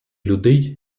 людей